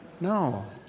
No